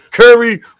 Curry